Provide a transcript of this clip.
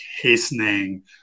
hastening